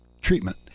treatment